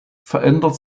verändert